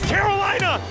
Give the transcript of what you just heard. Carolina